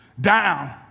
down